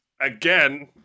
again